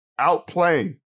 outplaying